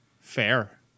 Fair